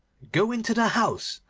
go into the house,